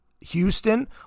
Houston